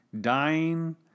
dying